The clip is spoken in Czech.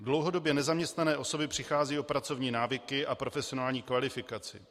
Dlouhodobě nezaměstnané osoby přicházejí o pracovní návyky a profesionální kvalifikaci.